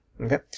okay